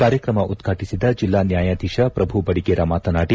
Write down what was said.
ಕಾರ್ಯಕ್ರಮ ಉದ್ಘಾಟಿಸಿದ ಜಿಲ್ಲಾ ನ್ಯಾಯಾಧೀಶ ಪ್ರಭು ಬಡಿಗೇರ ಮಾತನಾಡಿ